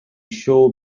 show